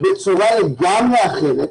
בצורה לגמרי אחרת,